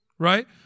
right